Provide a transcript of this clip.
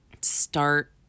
start